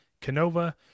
Canova